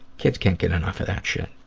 kids can't get enough of that shit.